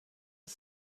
are